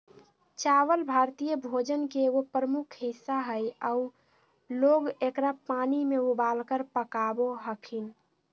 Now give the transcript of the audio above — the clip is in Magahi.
चावल भारतीय भोजन के एगो प्रमुख हिस्सा हइ आऊ लोग एकरा पानी में उबालकर पकाबो हखिन